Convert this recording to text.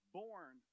born